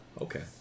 Okay